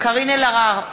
קארין אלהרר,